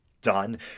done